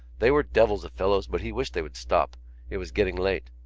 they were devils of fellows but he wished they would stop it was getting late.